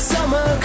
summer